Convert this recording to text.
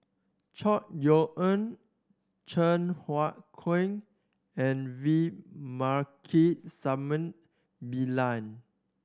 Chor Yeok Eng Cheng Hua Keung and V Pillai